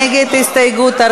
נגד ההסתייגות,